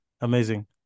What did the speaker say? Amazing